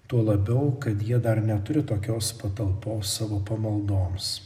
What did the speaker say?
tuo labiau kad jie dar neturi tokios patalpos savo pamaldoms